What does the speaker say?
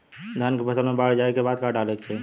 धान के फ़सल मे बाढ़ जाऐं के बाद का डाले के चाही?